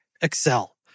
Excel